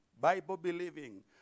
Bible-believing